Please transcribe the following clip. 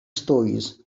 stories